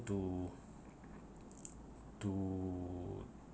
to to